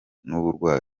n’uburwayi